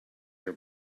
your